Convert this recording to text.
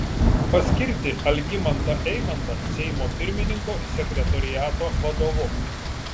paskirti algimantą eimantą seimo pirmininko sekretoriato vadovu